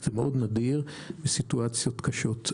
רון יקר, תודה גם על החברות.